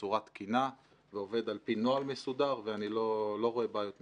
בצורה תקינה ועובד על פי נוהל מסודר ואני לא רואה בעיות מיוחדות.